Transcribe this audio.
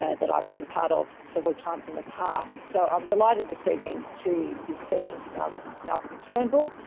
that i've been part of several times in the past. so i'm delighted this evening to be speaking to malcolm malcolm turnbull.